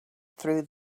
through